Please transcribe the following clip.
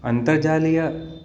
अन्तर्जालीय